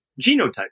genotype